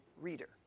reader